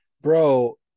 bro